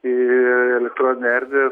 į iii elektroninę erdvę